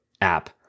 app